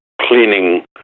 cleaning